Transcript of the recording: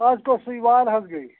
اَز کۅس ہِش وار حظ گٔے